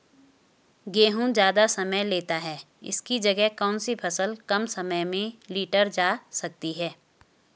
गेहूँ ज़्यादा समय लेता है इसकी जगह कौन सी फसल कम समय में लीटर जा सकती है?